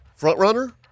Frontrunner